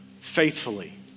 faithfully